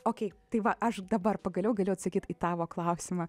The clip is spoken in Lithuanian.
ok tai va aš dabar pagaliau galiu atsakyt į tavo klausimą